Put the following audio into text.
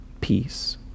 peace